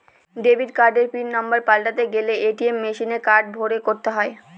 debit কার্ডের pin number পাল্টাতে গেলে এ.টি.এম মেশিনে কার্ড ভোরে করতে হয়